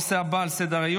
בעד,